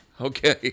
Okay